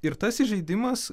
ir tas įžeidimas